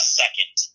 second